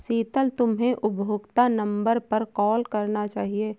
शीतल, तुम्हे उपभोक्ता नंबर पर कॉल करना चाहिए